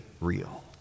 real